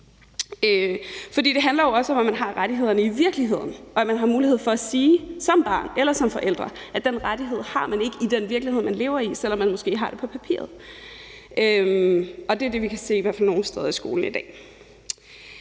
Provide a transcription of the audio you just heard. det handler også om, at man har rettighederne i virkeligheden, og at man har mulighed for som barn eller forældre at sige, at den rettighed har man ikke i den virkelighed, man lever i, selv om man måske har den på papiret. Det er det, vi i hvert fald nogle steder i skolen kan